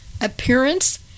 appearance